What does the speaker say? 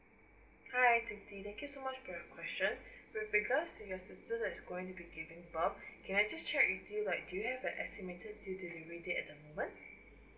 alright thank thank you so much for your question with regards to your specific that is going to be giving birth can I just check with you like do you have an estimated date due delivering date at the moment